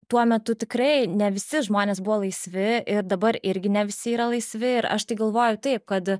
tuo metu tikrai ne visi žmonės buvo laisvi ir dabar irgi ne visi yra laisvi ir aš tai galvoju taip kad